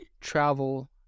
travel